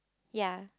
ya